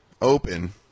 open